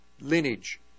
lineage